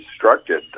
constructed